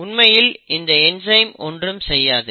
உண்மையில் இந்த என்சைம் ஒன்றும் செய்யாது